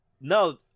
no